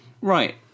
Right